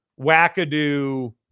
wackadoo